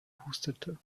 hustete